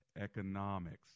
Economics